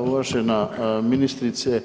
Uvažena ministrice,